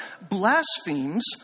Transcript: blasphemes